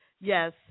yes